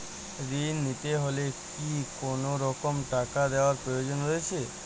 ঋণ নিতে হলে কি কোনরকম টাকা দেওয়ার প্রয়োজন রয়েছে?